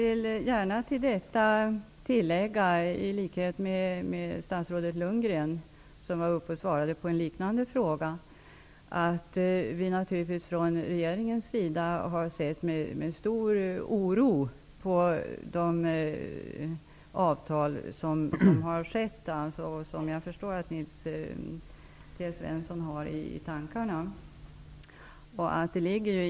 Till detta vill jag gärna tillägga -- precis som statsrådet Bo Lundgren sade i en liknande fråga -- att vi från regeringens sida ser med stor oro på de avtal som har träffats. Jag förstår att det är dem som Nils T Svensson har i tankarna.